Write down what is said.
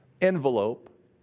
envelope